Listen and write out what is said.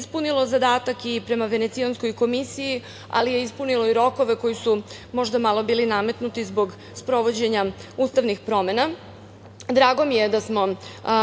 ispunilo zadatak i prema Venecijanskoj komisiji, ali je ispunilo i rokove koji su možda malo bili nametnuti zbog sprovođenja ustavnih promena. Drago mi je da smo